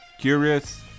Curious